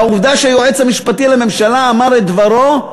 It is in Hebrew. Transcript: והעובדה שהיועץ המשפטי לממשלה אמר את דברו,